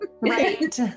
Right